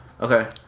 Okay